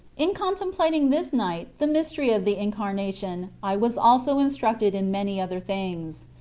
in contemplating this night the mystery of the incarnation i was also instructed in many other things.